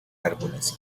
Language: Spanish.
árboles